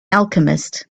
alchemist